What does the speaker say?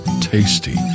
tasty